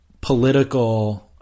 political